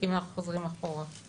אם אנחנו חוזרים אחורה.